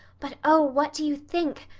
but oh, what do you think?